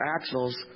axles